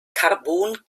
carbon